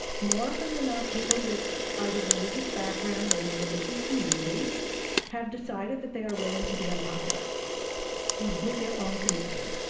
more often than not people with either religious backgrounds or in the religious community have decided that they are willing to be unpopular with their own community.